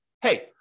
hey